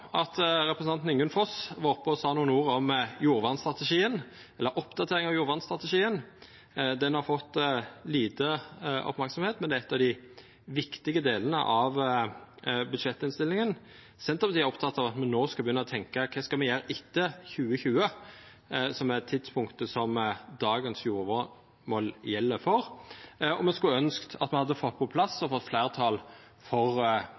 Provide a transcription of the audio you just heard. at representanten Ingunn Foss var oppe og sa nokre ord om jordvernstrategien, eller oppdateringa av jordvernstrategien. Han har fått lite merksemd, men er ein av dei viktige delane av budsjettinnstillinga. Senterpartiet er oppteke av at me nå skal begynna å tenkja på kva me skal gjera etter 2020, som er tidspunktet dagens jordvernmål gjeld for, og me skulle ønskt at me hadde fått på plass og fått fleirtal for